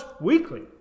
Weekly